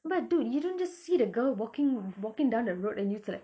but dude you don't just see the girl walking walking down the road and just like